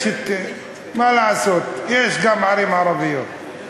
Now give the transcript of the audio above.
מה לעשות, יש גם ערים ערביות.